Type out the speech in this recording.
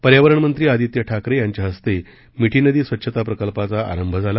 पर्यावरण मंत्री आदित्य ठाकरट्रांच्या हस्त सिठी नदी स्वच्छता प्रकल्पाचा आरंभ झाला